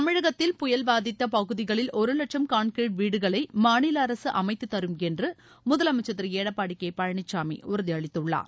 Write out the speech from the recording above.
தமிழகத்தில் புயல் பாதித்த பகுதிகளில் ஒரு வட்சம் கான்கீரிட் வீடுகளை மாநில அரசு அமைத்து தரும் என்று முதலமைச்சர் திரு எடப்பாடி கே பழனிசாமி உறுதியளித்துள்ளார்